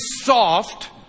soft